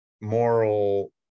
moral